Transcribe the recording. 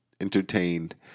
entertained